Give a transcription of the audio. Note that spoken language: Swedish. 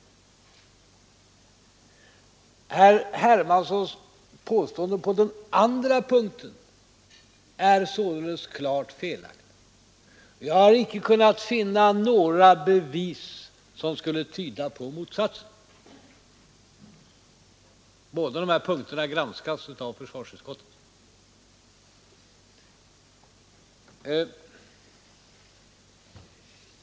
Herr Hermanssons påstående på denna punkt är således klart felaktigt. Vi har icke kunnat finna några bevis som skulle tyda på motsatsen. Båda dessa punkter granskas av försvarsutskottet.